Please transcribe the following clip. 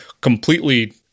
completely